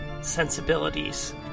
sensibilities